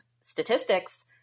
statistics